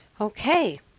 Okay